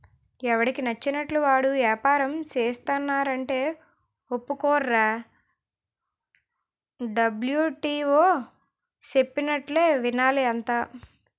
ఎవడికి నచ్చినట్లు వాడు ఏపారం సేస్తానంటే ఒప్పుకోర్రా డబ్ల్యు.టి.ఓ చెప్పినట్టే వినాలి అంతా